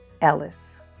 Ellis